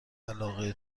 علاقه